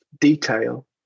detail